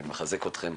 ואני מחזק אתכם.